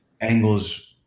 angles